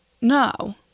No